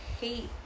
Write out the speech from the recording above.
hate